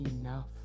enough